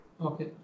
Okay